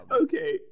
Okay